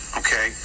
okay